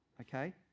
okay